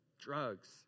Drugs